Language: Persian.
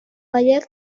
قایق